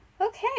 okay